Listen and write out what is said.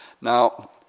Now